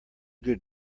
good